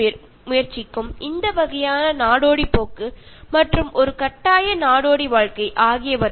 ഈ പറഞ്ഞ സിനിമകളിലെല്ലാം കാലാവസ്ഥാ വ്യതിയാനം മൂലം അലഞ്ഞു തിരിഞ്ഞു ജീവിക്കേണ്ടി വന്ന ആളുകളുടെ കഥയാണ് പറഞ്ഞത്